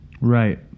Right